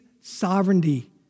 sovereignty